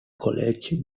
college